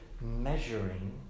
measuring